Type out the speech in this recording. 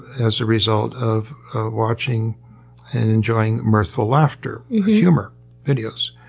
as a result of watching and enjoying mirthful laughter humor videos.